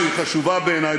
שהיא חשובה בעיני,